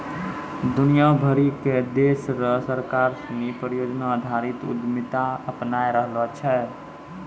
दुनिया भरी के देश र सरकार सिनी परियोजना आधारित उद्यमिता अपनाय रहलो छै